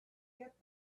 get